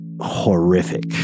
horrific